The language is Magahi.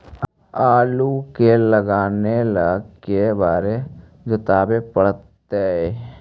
आलू के लगाने ल के बारे जोताबे पड़तै?